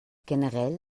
generell